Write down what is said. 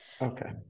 Okay